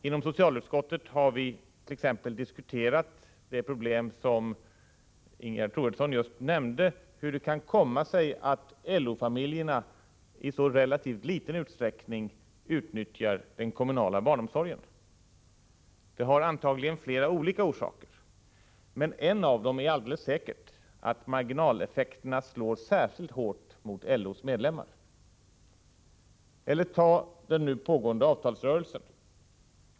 Inom socialutskottet har vi t.ex. diskuterat det problem som Ingegerd Troedsson nyss nämnde, hur det kan komma sig att LO-familjerna i så liten utsträckning utnyttjar den kommunala barnomsorgen. Det har antagligen flera olika orsaker, men en av dem är alldeles säkert att marginaleffekten slår särskilt hårt mot LO:s medlemmar. Eller ta den nu pågående avtalsrörelsen!